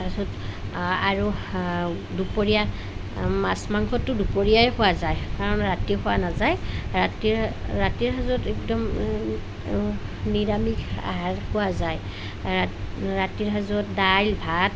তাৰ পাছত আৰু দুপৰীয়া মাছ মাংসটো দুপৰীয়াই খোৱা যায় কাৰণ ৰাতি খোৱা নাযায় ৰাতিৰ ৰাতিৰ সাজত একদম নিৰামিষ আহাৰ খোৱা যায় ৰাতিৰ সাজত দাইল ভাত